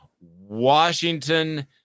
Washington